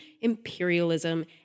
imperialism